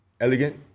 elegant